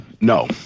no